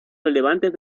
relevantes